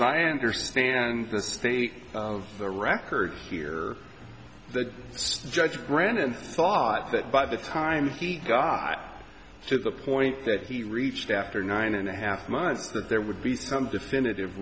is i understand the state of the record here the judge granted thought that by the time he got to the point that he reached after nine and a half months that there would be some definitive